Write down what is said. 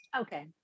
Okay